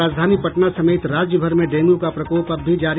और राजधानी पटना समेत राज्यभर में डेंगू का प्रकोप अब भी जारी